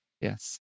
Yes